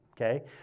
okay